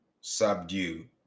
subdue